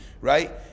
right